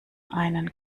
einen